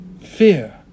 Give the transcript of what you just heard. Fear